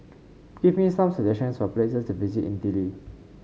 give me some suggestions for places to visit in Dili